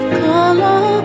color